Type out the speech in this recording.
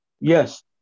Yes